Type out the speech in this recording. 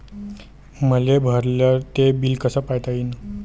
मले भरल ते बिल कस पायता येईन?